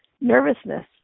nervousness